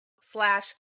slash